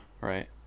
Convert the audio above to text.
right